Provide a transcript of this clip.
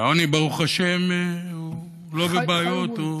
והעוני, ברוך השם, לא בבעיות.